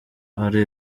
ari